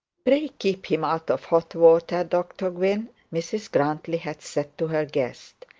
pray keep him out of hot water, dr gwynne mrs grantly had said to her guest.